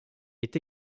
est